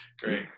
Great